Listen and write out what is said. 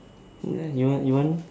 ya you want you want